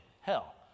hell